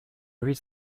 reads